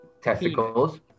testicles